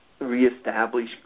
reestablish